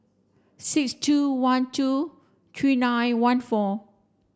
six two one two three nine one four